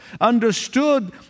understood